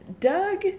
Doug